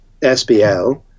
SBL